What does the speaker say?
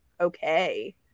okay